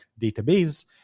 database